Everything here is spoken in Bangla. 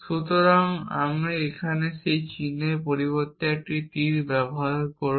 সুতরাং এখানে সেই চিহ্নের পরিবর্তে একটি তীর ব্যবহার করুন